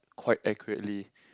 quite accurately